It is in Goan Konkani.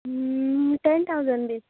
ten thousand the